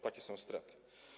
Takie są straty.